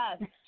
Yes